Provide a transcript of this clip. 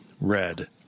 Red